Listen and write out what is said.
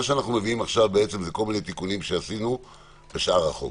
מה שאנחנו מביאים זה כל מיני תיקונים שעשינו בשאר החוק,